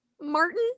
Martin